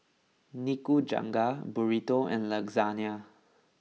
Nikujaga Burrito and Lasagna